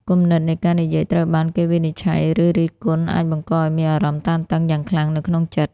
គំនិតនៃការនិយាយត្រូវបានគេវិនិច្ឆ័យ ឬរិះគន់អាចបង្កឱ្យមានអារម្មណ៍តានតឹងយ៉ាងខ្លាំងនៅក្នុងចិត្ត។